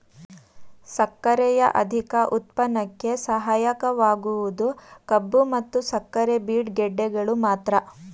ಸಕ್ಕರೆಯ ಅಧಿಕ ಉತ್ಪನ್ನಕ್ಕೆ ಸಹಾಯಕವಾಗುವುದು ಕಬ್ಬು ಮತ್ತು ಸಕ್ಕರೆ ಬೀಟ್ ಗೆಡ್ಡೆಗಳು ಮಾತ್ರ